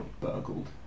burgled